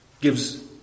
gives